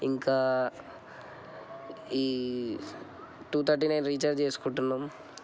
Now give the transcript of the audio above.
ఇంకా ఈ two thirty nine recharge చేసుకుంటున్నాం